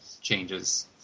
changes